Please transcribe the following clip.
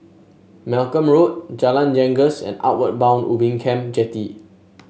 Malcolm Road Jalan Janggus and Outward Bound Ubin Camp Jetty